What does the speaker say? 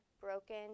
broken